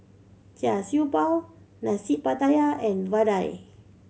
Char Siew Bao Nasi Pattaya and vadai